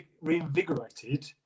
reinvigorated